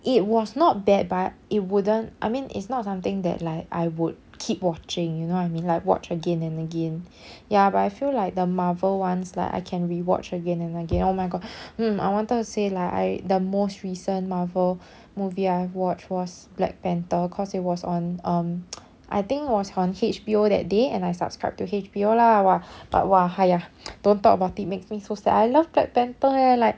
it was not bad but it wouldn't I mean it's not something that like I would keep watching you know what I mean like watch again and again ya but I feel like the marvel ones lah I can rewatch again and again oh my god mm I wanted to say like I the most recent marvel movie I watch was black panther cause it was on um I think it was on H_B_O that day and I subscribe to H_B_O lah !wah! but !wah! !haiya! don't talk about it makes me sad I love black panther leh like